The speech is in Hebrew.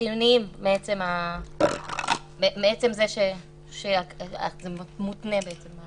חיוניים מעצם זה שזה מותנה, בעצם,